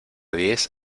diez